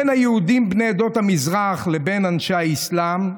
בין היהודים בני עדות המזרח לבין אנשי האסלאם,